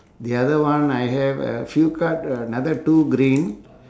the other one I have uh few card uh another two green